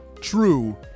true